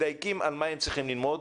מדייקים על מה הם צריכים ללמוד,